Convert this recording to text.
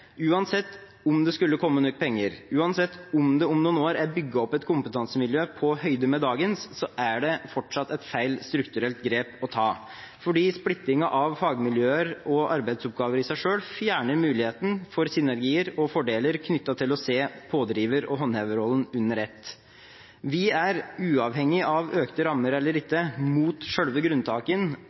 Uansett om det skulle komme nok penger, uansett om det om noen år er bygget opp et kompetansemiljø på høyde med dagens, er det fortsatt et feil strukturelt grep å ta, for splittingen av fagmiljø og arbeidsoppgaver i seg selv fjerner muligheten for synergier og fordeler knyttet til å se pådriverrollen og håndheverrollen under ett. Vi er, uavhengig av økte rammer eller ikke,